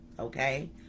okay